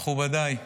מכובדיי,